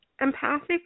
empathic